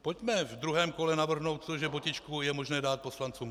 Pojďme v druhém kole navrhnout to, že botičku je možné dát poslancům.